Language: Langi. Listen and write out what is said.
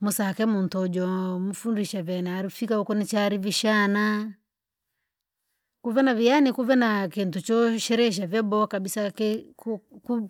musaheki mutojo mfundishe vena lufigo aribishana. Kuvena viani kuvena kindichoshere ve boha kabisa ke ku-